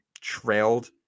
trailed